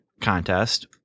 contest